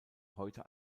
heute